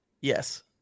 Yes